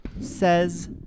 says